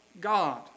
god